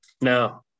no